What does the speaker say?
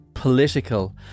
political